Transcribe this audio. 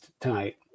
tonight